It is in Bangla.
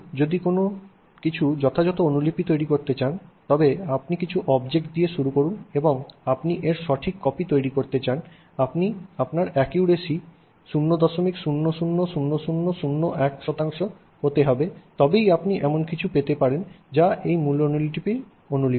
আপনি যদি কোনও কিছু যথাযথ অনুলিপি তৈরি করতে চান তবে আপনি কিছু অবজেক্ট দিয়ে শুরু করুন এবং আপনি এর সঠিক কপি তৈরি করতে চান আপনার অ্যাকুরেসিটি 0000001 হতে হবে তবেই আপনি এমন কিছু পেতে পারেন যা মূলটির একটি অনুলিপি